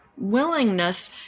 Willingness